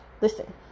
listen